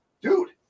dude